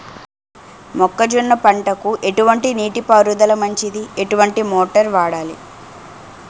మొక్కజొన్న పంటకు ఎటువంటి నీటి పారుదల మంచిది? ఎటువంటి మోటార్ వాడాలి?